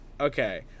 Okay